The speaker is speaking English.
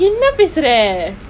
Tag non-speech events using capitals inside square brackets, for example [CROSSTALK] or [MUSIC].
then [LAUGHS]